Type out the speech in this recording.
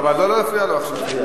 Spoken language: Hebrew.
אבל לא להפריע לו עכשיו.